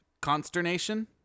consternation